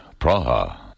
Praha